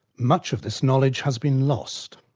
much of this knowledge has been lost,